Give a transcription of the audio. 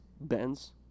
Benz